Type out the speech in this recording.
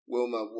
Wilma